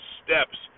steps